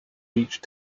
reach